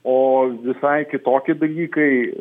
o visai kitokie dalykai